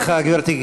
סליחה, גברתי.